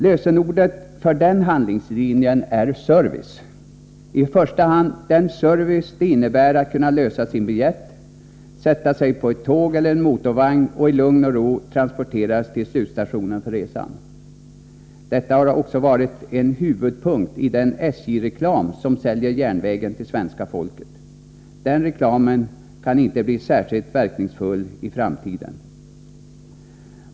Lösenordet för den handlingslinjen är service, i första hand den service det innebär att kunna lösa sin biljett, sätta sig i ett tåg eller en motorvagn och i lugn och ro transporteras till slutstationen för resan. Detta har också varit en huvudpunkt i den SJ-reklam som säljer järnvägen till svenska folket. Den reklamen kan inte bli särskilt verkningsfull i framtiden.